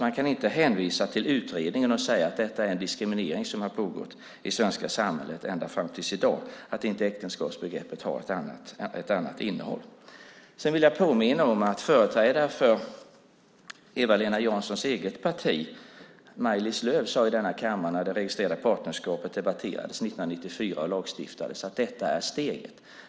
Man kan inte hänvisa till utredningen och säga att det har pågått en diskriminering i det svenska samhället ända fram till i dag i och med att äktenskapsbegreppet inte har ett annat innehåll. Jag vill påminna om att en företrädare för Eva-Lena Janssons eget parti, Maj-Lis Lööw, sade så här i denna kammare när det registrerade partnerskapet debatterades och lagstiftades om 1994: Detta är steget.